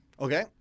Okay